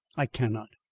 i cannot.